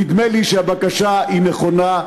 נדמה לי שהבקשה היא נכונה,